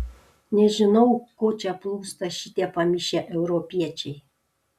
nežinau ko čia plūsta šitie pamišę europiečiai